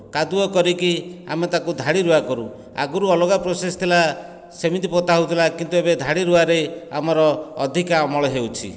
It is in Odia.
କାଦୁଅ କରିକି ଆମେ ତାକୁ ଧାଡ଼ି ରୁଆ କରୁ ଆଗରୁ ଅଲଗା ପ୍ରୋସେସ୍ ଥିଲା ସେମିତି ପୋତା ହେଉଥିଲା କିନ୍ତୁ ଏବେ ଧାଡ଼ି ରୁଆରେ ଆମର ଅଧିକା ଅମଳ ହେଉଛି